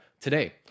today